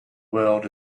world